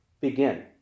begin